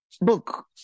book